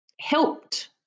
helped